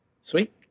Sweet